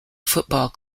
football